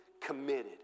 committed